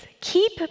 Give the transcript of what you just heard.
keep